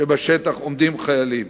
שבשטח עומדים חיילים.